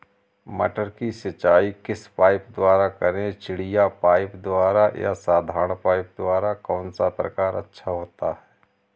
मटर की सिंचाई किस पाइप द्वारा करें चिड़िया पाइप द्वारा या साधारण पाइप द्वारा कौन सा प्रकार अच्छा होता है?